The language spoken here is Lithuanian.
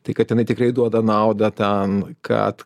tai kad jinai tikrai duoda naudą tam kad